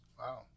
Wow